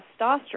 testosterone